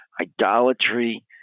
idolatry